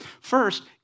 First